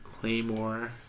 Claymore